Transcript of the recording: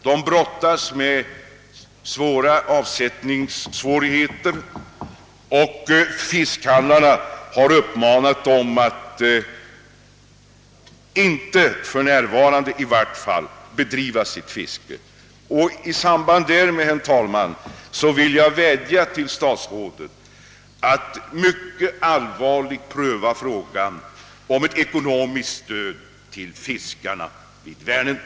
De brottas med stora avsättningssvårigheter och fiskhallarna har uppmanat dem att för närvarande inte bedriva sitt fiske. Därför vill jag vädja till statsrådet att mycket allvarligt pröva frågan om ett ekonomiskt stöd till vänernfiskarna.